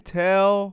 tell